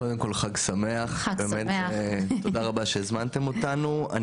קודם כל חג שמח, תודה רבה שהזמנתם אותנו.